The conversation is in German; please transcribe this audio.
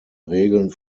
regeln